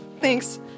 thanks